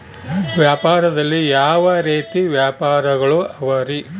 ವ್ಯಾಪಾರದಲ್ಲಿ ಯಾವ ರೇತಿ ವ್ಯಾಪಾರಗಳು ಅವರಿ?